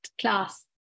class